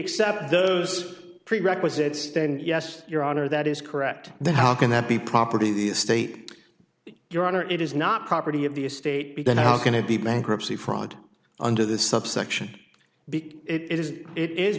accept those prerequisites then yes your honor that is correct then how can that be property the estate your honor it is not property of the estate be done how can it be bankruptcy fraud under this subsection big it is it is